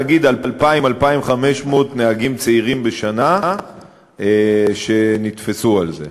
2,000 2,500 נהגים צעירים בשנה שנתפסו על זה.